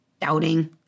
doubting